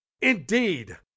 Indeed